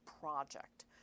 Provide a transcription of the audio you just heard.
project